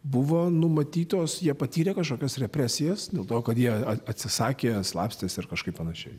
buvo numatytos jie patyrė kažkokias represijas dėl to kad jie atsisakė slapstėsi ir kažkaip panašiai